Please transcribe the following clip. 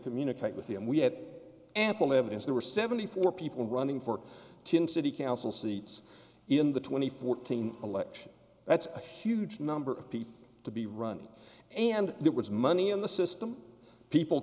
communicate with the we had ample evidence there were seventy four people running for city council seats in the twenty fourteen election that's a huge number of people to be running and there was money in the system people